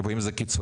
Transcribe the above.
ואם זה קיצוני?